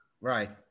Right